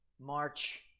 March